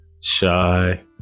shy